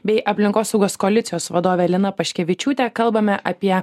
bei aplinkosaugos koalicijos vadove lina paškevičiūte kalbame apie